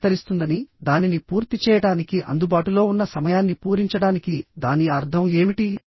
పని విస్తరిస్తుందని దానిని పూర్తి చేయడానికి అందుబాటులో ఉన్న సమయాన్ని పూరించడానికి దాని అర్థం ఏమిటి